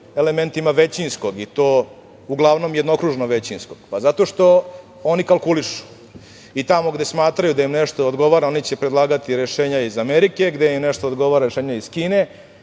elementima većinskog i to uglavnom jednokružno većinskog? Zato što oni kalkulišu i tamo gde smatraju da im nešto odgovara, oni će predlagati rešenja iz Amerike, gde im nešto odgovora, rešenja iz Kine,